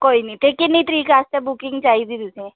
कोई नी ते कि'न्नी तरीक आस्तै बुकिंग चाहिदी तुसेंगी